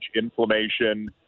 inflammation